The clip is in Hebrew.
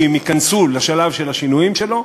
כי אם ייכנסו לשלב של השינויים שלו,